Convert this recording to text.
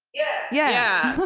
yeah. yeah.